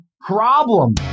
problem